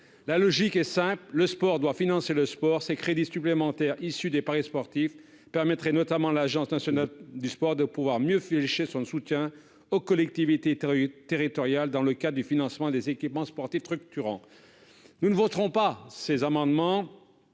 La logique est simple : le sport doit financer le sport. Ces crédits supplémentaires issus des paris sportifs permettraient notamment à l'ANS de mieux flécher son soutien aux collectivités territoriales, dans le cadre du financement des équipements sportifs structurants. Nous ne voterons pas ces amendements,